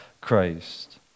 Christ